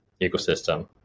ecosystem